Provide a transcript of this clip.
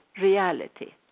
Reality